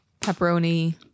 pepperoni